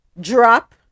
drop